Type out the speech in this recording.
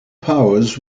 powers